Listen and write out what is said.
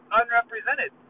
unrepresented